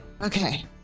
Okay